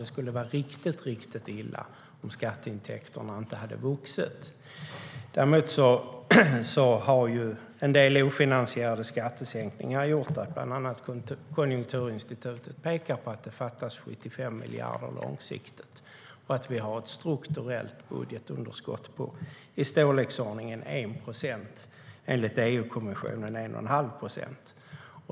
Det skulle alltså ha varit riktigt, riktigt illa om skatteintäkterna inte hade ökat. Däremot har en del ofinansierade skattesänkningar gjort att bland annat Konjunkturinstitutet pekar på att det fattas 75 miljarder långsiktigt och att vi har ett strukturellt budgetunderskott på i storleksordningen 1 procent - enligt EU-kommissionen 1,5 procent.